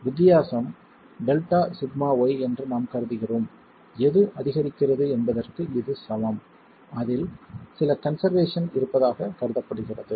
வித்தியாசம் Δσy என்று நாம் கருதுகிறோம் எது அதிகரிக்கிறது என்பதற்க்கு இது சமம் அதில் சில கன்செர்வேசன் இருப்பதாக கருதப்படுகிறது